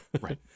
Right